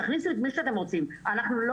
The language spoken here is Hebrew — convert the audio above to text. תכניסו את מי שאתם רוצים אבל אנחנו לא